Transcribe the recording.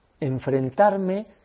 enfrentarme